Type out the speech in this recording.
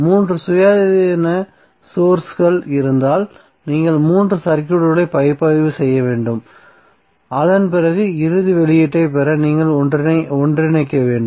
3 சுயாதீன சோர்ஸ்கள் இருந்தால் நீங்கள் 3 சர்க்யூட்களை பகுப்பாய்வு செய்ய வேண்டும் அதன் பிறகு இறுதி வெளியீட்டைப் பெற நீங்கள் ஒன்றிணைக்க வேண்டும்